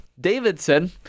Davidson